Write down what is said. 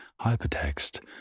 hypertext